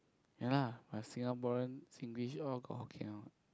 ya lah but Singaporean Singlish all got Hokkien one